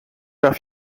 darf